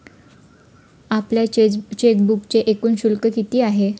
आपल्या चेकबुकचे एकूण शुल्क किती आहे?